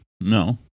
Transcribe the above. No